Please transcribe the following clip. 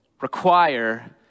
require